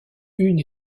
une